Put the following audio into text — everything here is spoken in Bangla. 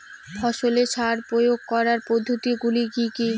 ফসলে সার প্রয়োগ করার পদ্ধতি গুলি কি কী?